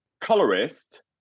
colorist